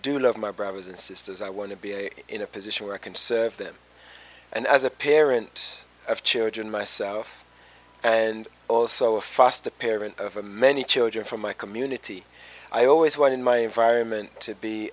do love my brothers and sisters i want to be in a position where i can serve them and as a parent of children myself and also a foster parent over many children from my community i always wanted my environment to be